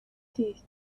teeth